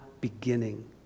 beginning